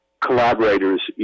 collaborators